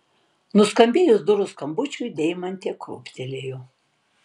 nuskambėjus durų skambučiui deimantė krūptelėjo